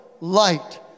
light